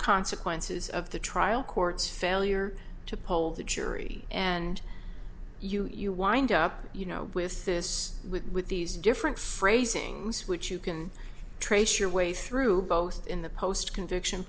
consequences of the trial court's failure to poll the jury and you wind up you know with this with these different phrasings which you can trace your way through both in the post conviction